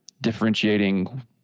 differentiating